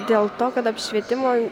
dėl to kad apšvietimo